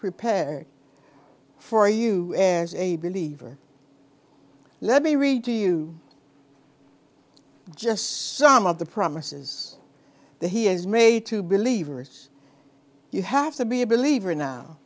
prepared for you as a believer let me read to you just some of the promises that he has made to believe or else you have to be a believer now